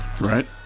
Right